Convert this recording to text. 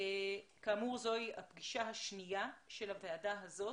כאמור, זוהי הפגישה השנייה של הוועדה הזאת.